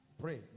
Pray